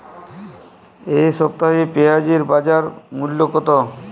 এ সপ্তাহে পেঁয়াজের বাজার মূল্য কত?